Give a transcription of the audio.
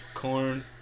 Corn